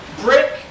brick